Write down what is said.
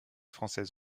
françaises